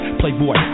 playboy